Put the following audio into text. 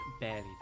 barely